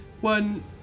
one